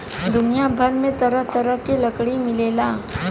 दुनिया भर में तरह तरह के लकड़ी मिलेला